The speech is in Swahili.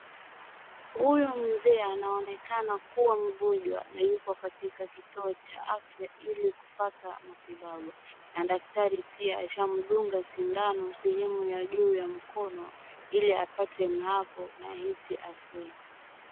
Huyu mzee anaonekana kuwa mgonjwa na yuko katika kituo cha afya ili kupata matibabu na daktari pia ashamdunga sindano sehemu ya juu ya mkono ili apate naafu na ahisi afueni.